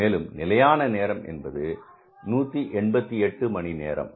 மேலும் நிலையான நேரம் என்பது 188 மணி நேரம்